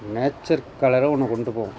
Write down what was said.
nature கலரை ஒன்று கொண்டு போவோம்